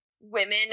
women